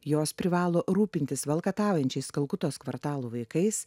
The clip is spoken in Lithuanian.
jos privalo rūpintis valkataujančiais kalkutos kvartalo vaikais